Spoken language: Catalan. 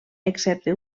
excepte